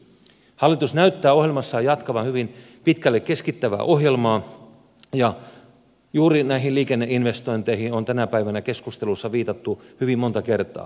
hallitus näyttää ohjelmassaan jatkavan hyvin pitkälle keskittävää ohjelmaa ja juuri näihin liikenneinvestointeihin on tänä päivänä keskustelussa viitattu hyvin monta kertaa